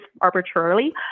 arbitrarily